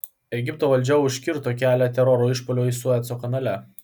egipto valdžia užkirto kelią teroro išpuoliui sueco kanale